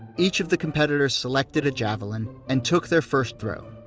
each of the competitors selected a javelin, and took their first throw.